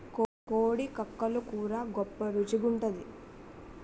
కోడి కక్కలు కూర గొప్ప రుచి గుంటాది